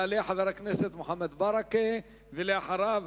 יעלה חבר הכנסת מוחמד ברכה, ואחריו,